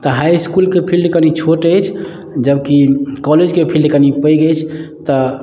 तऽ हाइ इसकुलके फील्ड कनि छोट अछि जबकि कॉलेजके फील्ड कनि पैघ अछि तऽ